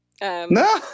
No